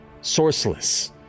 sourceless